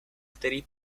který